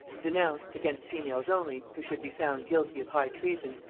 denounced, against females only, who should be found guilty of high treason,